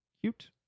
cute